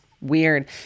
weird